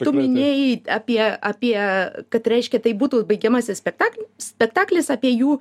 tu minėjai apie apie kad reiškia tai būtų baigiamasis spektaklis spektaklis apie jų